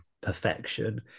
perfection